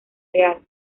real